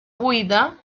buida